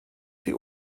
die